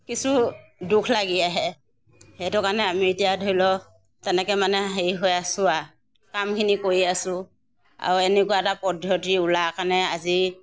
কিছু দুখ লাগি আহে সেইটো কাৰণে আমি এতিয়া ধৰি লওক তেনেকৈ মানে হেৰি হৈ আছোঁ আৰু কামখিনি কৰি আছোঁ আৰু এনেকুৱা এটা পদ্ধতি ওলোৱা কাৰণে আজি